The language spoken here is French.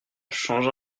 change